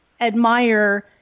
admire